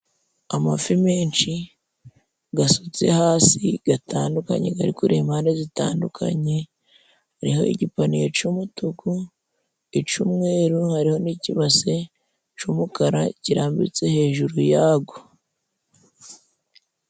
Amafi menshi gasutse hasi gatandukanye, gari kureba impande zitandukanye. Hariho igipaniye c'umutuku ic'umweru hariho n'ikibase, c'umukara kirambitse hejuru yago.